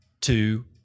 Two